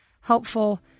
helpful